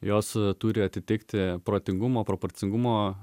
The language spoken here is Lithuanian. jos turi atitikti protingumo proporcingumo